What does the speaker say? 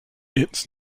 its